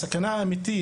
הסכנה האמיתית,